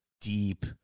deep